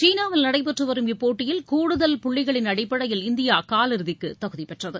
சீனாவில் நடைபெற்றுவரும் இப்போட்டியில் கூடுதல் புள்ளிகளின் அடிப்படையில் இந்தியா காலிறுதிக்கு தகுதிப்பெற்றது